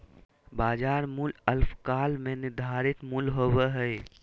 बाजार मूल्य अल्पकाल में निर्धारित मूल्य होबो हइ